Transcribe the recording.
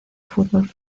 fútbol